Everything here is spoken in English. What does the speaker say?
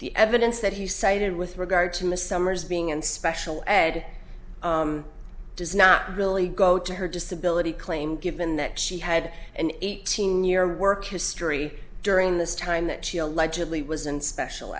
the evidence that he cited with regard to miss summers being in special ed does not really go to her disability claim given that she had an eighteen year work history during this time that she allegedly was and special